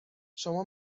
شما